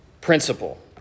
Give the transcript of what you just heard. principle